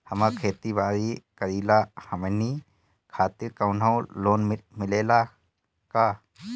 हम खेती बारी करिला हमनि खातिर कउनो लोन मिले ला का?